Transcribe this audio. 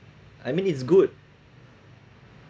I mean it's good